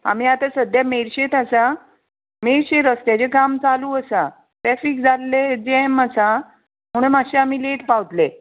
आमी आतां सद्द्या मेर्शेत आसा मेर्शे रस्त्याचे काम चालू आसा ट्रेफीक जाल्ले जॅम आसा म्हणून मातशे आमी लेट पावतले